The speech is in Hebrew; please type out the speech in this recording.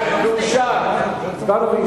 הצבענו.